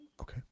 Okay